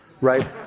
right